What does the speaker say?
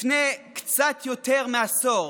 לפני קצת יותר מעשור,